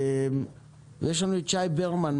נמצא אתנו שי ברמן,